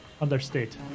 understate